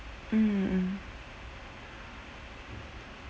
mm mm